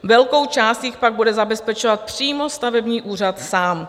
Velkou část jich pak bude zabezpečovat přímo stavební úřad sám.